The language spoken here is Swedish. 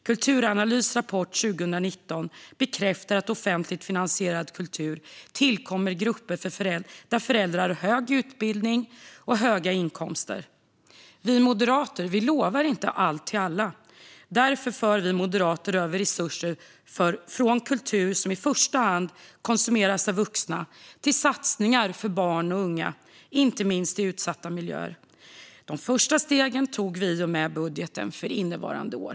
Kulturanalys rapport från 2019 bekräftar att offentligt finansierad kultur tillkommer grupper där föräldrarna har hög utbildning och höga inkomster. Vi moderater lovar inte allt till alla. Därför för vi moderater över resurser från kultur som i första hand konsumeras av vuxna till satsningar för barn och unga, inte minst i utsatta miljöer. De första stegen tog vi i och med budgeten för innevarande år.